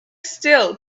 still